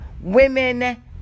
Women